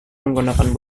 menggunakan